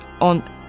on